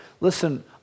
Listen